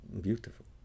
beautiful